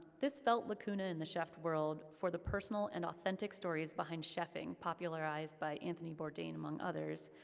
this felt lacuna in the chef world, for the personal and authentic stories behind cheffing, popularized by anthony bourdain among others,